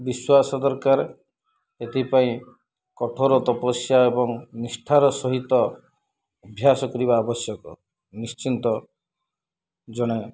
ବିଶ୍ୱାସ ଦରକାର ଏଥିପାଇଁ କଠୋର ତପସ୍ୟା ଏବଂ ନିଷ୍ଠାର ସହିତ ଅଭ୍ୟାସ କରିବା ଆବଶ୍ୟକ ନିଶ୍ଚିନ୍ତ ଜଣେ